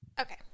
Okay